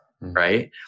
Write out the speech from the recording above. Right